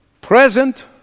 present